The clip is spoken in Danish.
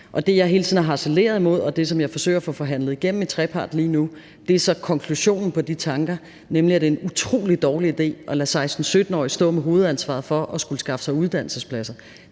tiden har harceleret imod, og det, som jeg forsøger at få forhandlet igennem i trepartsforhandlinger lige nu, er så konklusionen på de tanker, nemlig at det er en utrolig dårlig idé at lade 16-17-årige stå med hovedansvaret for at skulle skaffe sig uddannelsespladser.